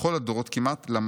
בכל הדורות כמעט,